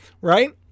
right